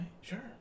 sure